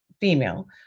female